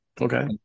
okay